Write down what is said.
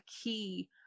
key